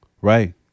Right